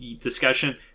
discussion